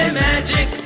magic